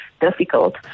difficult